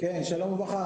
שלום וברכה.